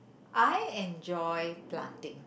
I enjoy planting